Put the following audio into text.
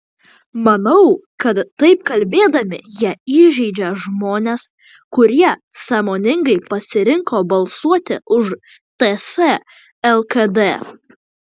manau kad taip kalbėdami jie įžeidžia žmones kurie sąmoningai pasirinko balsuoti už ts lkd